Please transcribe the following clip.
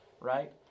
right